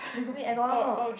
wait I got one more